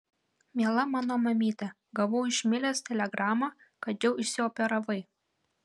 miela mano mamyte gavau iš milės telegramą kad jau išsioperavai